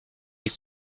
les